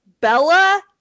Bella